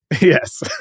Yes